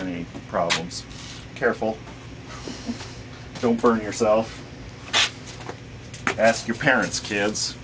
and problems careful don't burn yourself ask your parents kids